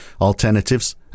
alternatives